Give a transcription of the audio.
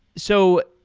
so,